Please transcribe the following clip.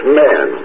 man